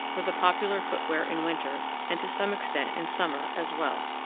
were the popular footwear in winter and to some extent in summer as well.